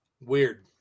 Weird